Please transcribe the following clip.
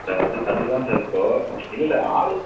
sir அது அதுக்குதான் sir இப்போது இல்லல்லை ஆள்